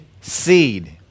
seed